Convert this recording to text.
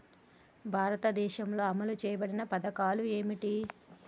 భారతదేశంలో అమలు చేయబడిన పథకాలు ఏమిటి?